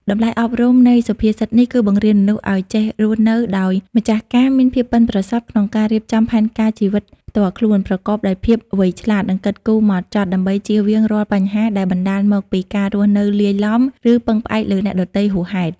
តម្លៃអប់រំនៃសុភាសិតនេះ គឺបង្រៀនមនុស្សឲ្យចេះរស់នៅដោយម្ចាស់ការ មានភាពប៉ិនប្រសប់ក្នុងការរៀបចំផែនការជីវិតផ្ទាល់ខ្លួន ប្រកបដោយភាពវៃឆ្លាត និងគិតគូរហ្មត់ចត់ ដើម្បីចៀសវាងរាល់បញ្ហាដែលបណ្ដាលមកពីការរស់នៅលាយឡំ ឬពឹងផ្អែកលើអ្នកដទៃហួសហេតុ។